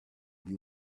you